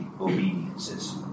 obediences